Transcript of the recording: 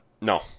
No